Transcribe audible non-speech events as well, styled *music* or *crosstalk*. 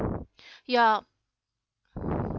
*breath* yeah